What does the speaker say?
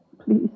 Please